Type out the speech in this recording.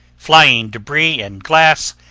flying debris and glass,